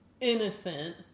innocent